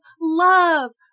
love